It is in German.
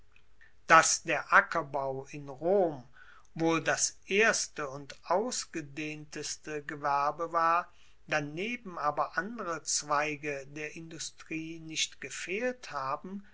dass der ackerbau in rom wohl das erste und ausgedehnteste gewerbe war daneben aber andere zweige der industrie nicht gefehlt haben